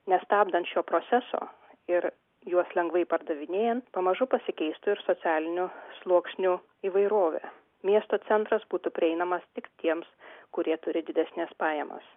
nestabdant šio proceso ir juos lengvai pardavinėjant pamažu pasikeistų ir socialinių sluoksnių įvairovė miesto centras būtų prieinamas tik tiems kurie turi didesnes pajamas